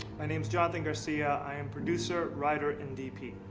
my name's jonathan garcia i am producer, writer, and dp.